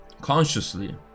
consciously